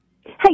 Hey